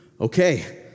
okay